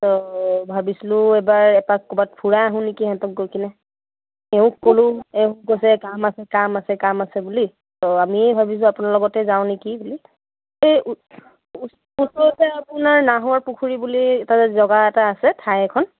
অঁ ভাবিছিলোঁ এবাৰ এপাক ক'ৰবাত ফুৰাই আহোঁ নেকি সিহঁতক গৈ কিনে এওঁক ক'লোঁ এওঁ কৈছে কাম আছে কাম আছে কাম আছে বুলি ত' আমি ভাবিছোঁ আপোনাৰ লগতেই যাওঁ নেকি বুলি এই ওচৰত যে আপোনাৰ নাহৰ পুখুৰী বুলি এটা যে জেগা এটা আছে ঠাই এখন